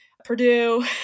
Purdue